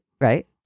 right